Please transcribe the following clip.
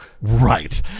Right